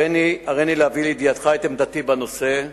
הריני להביא לידיעתך את עמדתי בנושא.